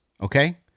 okay